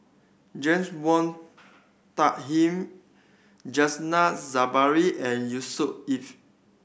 James Wong Tuck Him Zainal Sapari and Yusnor Ef